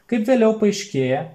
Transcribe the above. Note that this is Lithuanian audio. kaip vėliau paaiškėja